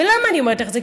ולמה אני אומרת לך את זה?